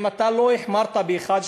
אם אתה לא החמרת באחת,